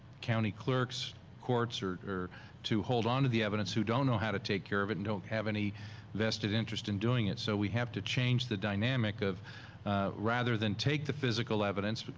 county clerks, courts, to hold onto the evidence who don't know how to take care of it and don't have any vested interest in doing it. so we have to change the dynamic of rather than take the physical evidence, but